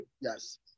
Yes